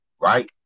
right